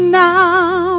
now